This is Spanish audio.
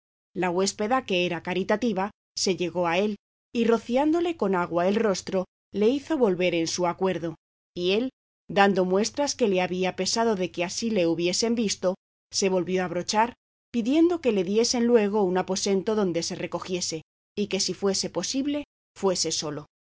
la huéspeda que era caritativa se llegó a él y rociándole con agua el rostro le hizo volver en su acuerdo y él dando muestras que le había pesado de que así le hubiesen visto se volvió a abrochar pidiendo que le diesen luego un aposento donde se recogiese y que si fuese posible fuese solo